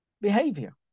behavior